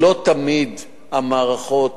לא תמיד המערכות